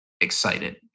excited